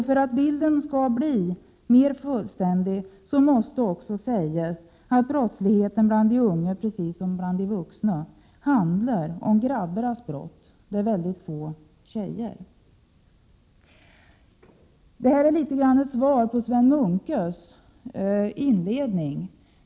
För att bilden skall bli mer fullständig måste också sägas, att brottsligheten bland de unga, precis som bland de vuxna, handlar om grabbarnas brott — det finns väldigt få tjejer. Detta är ett svar till Sven Munkes inledning.